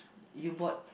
you bought